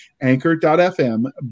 anchor.fm